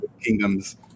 Kingdoms